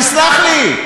סלח לי,